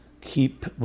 keep